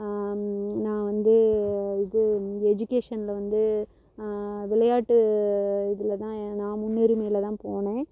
நான் வந்து இது எஜிகேஷனில் வந்து விளையாட்டு இதில் தான் நான் முன்னுரிமையில் தான் போனேன்